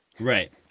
Right